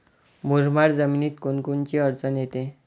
मुरमाड जमीनीत कोनकोनची अडचन येते?